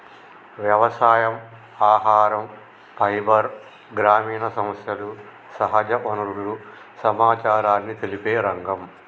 వ్యవసాయం, ఆహరం, ఫైబర్, గ్రామీణ సమస్యలు, సహజ వనరుల సమచారాన్ని తెలిపే రంగం